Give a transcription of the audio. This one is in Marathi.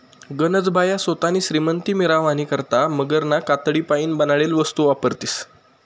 गनज बाया सोतानी श्रीमंती मिरावानी करता मगरना कातडीपाईन बनाडेल वस्तू वापरतीस